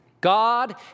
God